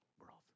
world